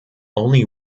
only